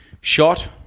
shot